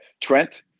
Trent